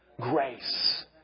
grace